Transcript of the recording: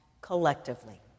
collectively